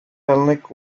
hellenic